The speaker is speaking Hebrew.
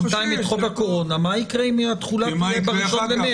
מה יקרה אם זה יהיה ב-1.3?